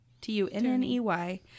T-U-N-N-E-Y